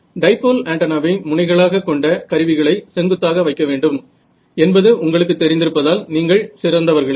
dipole ஆன்டென்னாவை முனைகளாக கொண்ட கருவிகளை செங்குத்தாக வைக்க வேண்டும் என்பது உங்களுக்கு தெரிந்திருப்பதால் நீங்கள் சிறந்தவர்களே